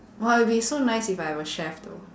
!wah! it'll be so nice if I have a chef though